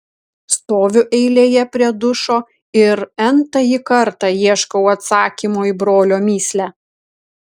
stoviu eilėje prie dušo ir n tąjį kartą ieškau atsakymo į brolio mįslę